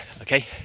okay